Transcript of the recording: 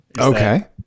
Okay